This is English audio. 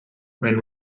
when